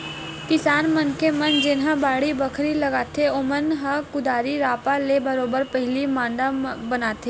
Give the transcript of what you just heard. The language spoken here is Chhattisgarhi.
किसान मनखे मन जेनहा बाड़ी बखरी लगाथे ओमन ह कुदारी रापा ले बरोबर पहिली मांदा बनाथे